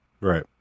right